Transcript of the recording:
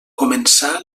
començà